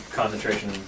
concentration